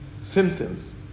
sentence